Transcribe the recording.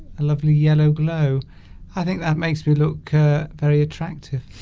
a lovely yellow glow i think that makes me look very attractive